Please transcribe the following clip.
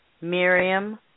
Miriam